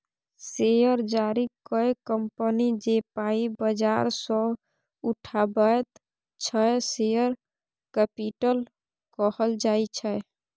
share जारी कए company जे पाइ बजार सँ उठाबैत छै शेयर कैपिटल कहल जाइ छै